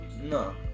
No